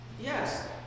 Yes